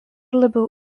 labiau